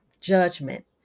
judgment